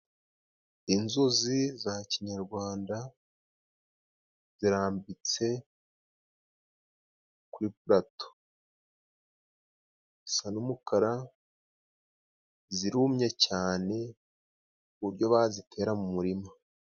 Inzuzi za kinyarwanda zirambitse kuri purato, zisa n'umukara zirumye cyane, kuburyo bazitera mu murima.